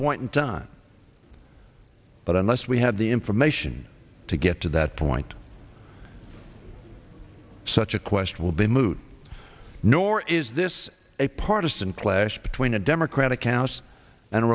point in time but unless we have the information to get to that point such a question will be moot nor is this a partisan clash between a democratic ousts and a